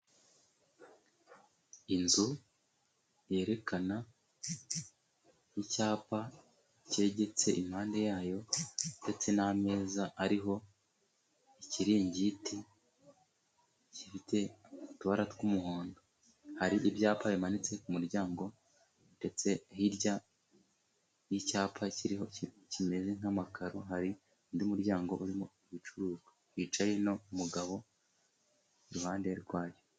Inzu yerekana icyapa cyegetse iruhande rwayo, ndetse n'ameza ariho ikiringiti gifite utubara tw'umuhondo hari ibyapa bimanitse ku muryango, ndetse hirya y'icyapa kiriho kimeze nk'amakaro, hari undi muryango urimo ibicuruzwa, hicaye n'umugabo iruhande rwayo.